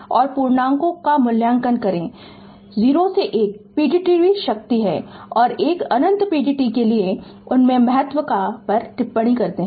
Refer Slide Time 0144 और पूर्णांकों का मूल्यांकन करें 0 से 1 पीडीटीपी शक्ति है और 1 अनंत pdt के लिए और उनके महत्व पर टिप्पणी करते है